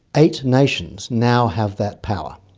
eight nations now have that power.